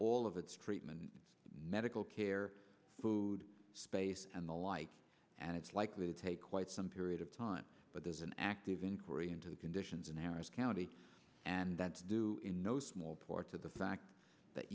all of its treatment medical care food space and the like and it's likely to take quite some period of time but there's an active inquiry into the conditions in harris county and that's due in no small part to the fact that